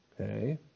Okay